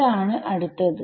ആണ് അടുത്തത്